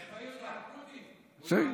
פוטין,